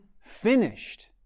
finished